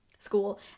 school